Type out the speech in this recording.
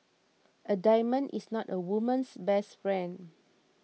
a diamond is not a woman's best friend